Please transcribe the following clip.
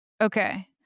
okay